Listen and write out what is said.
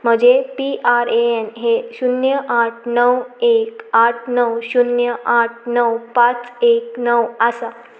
म्हजें P R A N हें शुन्य आठ णव एक आठ णव शुन्य आठ णव पांच एक णव आसा